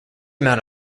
amount